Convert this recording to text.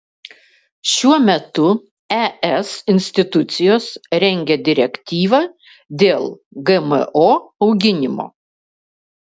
šiuo metu es institucijos rengia direktyvą dėl gmo auginimo